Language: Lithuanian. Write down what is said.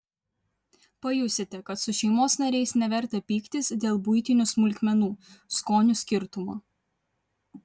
pajusite kad su šeimos nariais neverta pyktis dėl buitinių smulkmenų skonių skirtumo